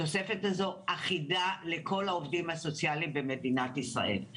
התוספת הזו אחידה לכל העובדים הסוציאליים במדינת ישראל.